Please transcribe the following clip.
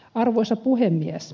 arvoisa puhemies